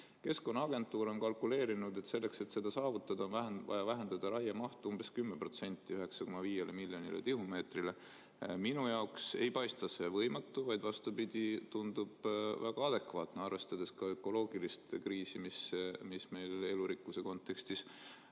Keskkonnaagentuur on kalkuleerinud nii: selleks, et seda saavutada, on vaja vähendada raiemahtu umbes 10%, 9,5 miljonile tihumeetrile. Minu jaoks ei paista see võimatu, vaid vastupidi, see tundub väga adekvaatne, arvestades ka ökoloogilist kriisi, mis meil elurikkuse kontekstis